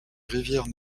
rivière